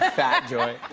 ah fat joy.